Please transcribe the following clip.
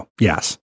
Yes